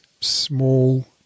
small